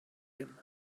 him